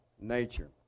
nature